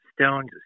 Stone's